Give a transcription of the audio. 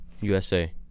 USA